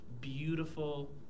beautiful